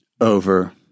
over